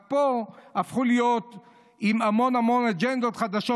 רק פה הפכו להיות עם המון המון אג'נדות חדשות